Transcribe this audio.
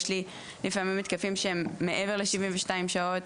יש לי לפעמי התקפים שהם מעבר ל-72 שעות.